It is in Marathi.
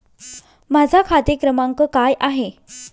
माझा खाते क्रमांक काय आहे?